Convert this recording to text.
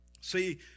See